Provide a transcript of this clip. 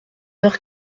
heures